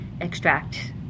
extract